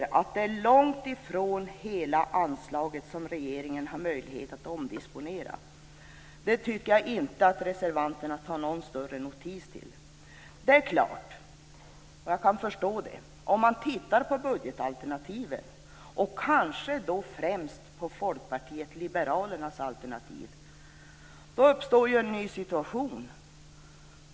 Det är långt ifrån hela anslaget som regeringen har möjlighet att omdisponera. Det tycker jag inte att reservanterna tar någon större notis om. Om man tittar på budgetalternativen - kanske främst på Folkpartiet liberalernas alternativ - kan man se att det uppstår en ny situation.